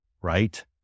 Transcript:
right